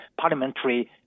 parliamentary